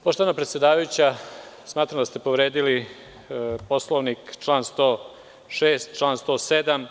Poštovana predsedavajuća, smatram da ste povredili Poslovnik čl. 106. i 107.